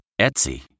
Etsy